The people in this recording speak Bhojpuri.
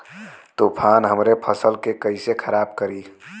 तूफान हमरे फसल के कइसे खराब करी?